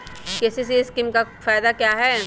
KCC scheme का फायदा क्या है?